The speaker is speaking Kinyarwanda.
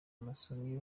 basomyi